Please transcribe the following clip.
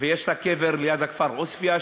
שיש לה קבר ליד הכפר עוספיא.